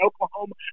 Oklahoma